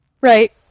Right